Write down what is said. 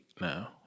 now